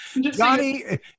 Johnny